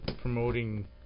promoting